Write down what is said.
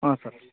ಹಾಂ ಸರ್